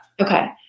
Okay